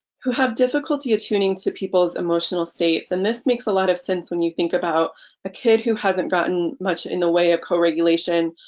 who have difficulty attuning to people's emotional states and this makes a lot of sense when you think about a kid who hasn't gotten much in the way of co-regulation